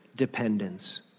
dependence